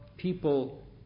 People